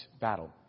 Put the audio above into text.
battle